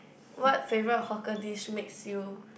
what favourite hawker dish makes you